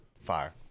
Fire